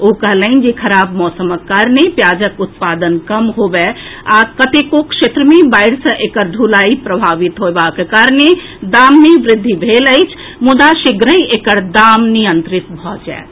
ओ कहलनि जे खराप मौसमक कारणे प्याजक उत्पादन कम होएब आ कतेको क्षेत्र मे बाढ़ि सॅ एकर ढुलाई प्रभावित होएबाक कारणे दाम मे वृद्धि भेल अछि मुदा शीघ्रहि एकर दाम नियंत्रित भऽ जाएत